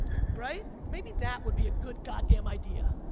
right? maybe that would be a good goddamn idea?